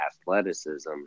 athleticism